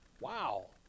Wow